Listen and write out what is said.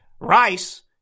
Rice